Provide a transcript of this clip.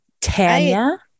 Tanya